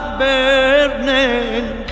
burning